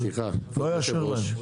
אז מה יקרה אחרי זה סליחה היושב ראש?